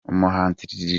umuhanzi